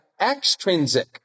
extrinsic